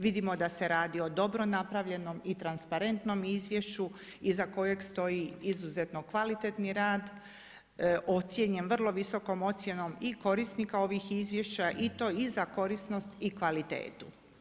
Vidimo da se radi o dobro napravljeno i transparentnom izvješću iza kojeg stoji izuzetno kvalitetni rad, ocjenjen vrlo visokom ocjenom korisnika ovih izvješća i to za korisnost i za kvalitetu.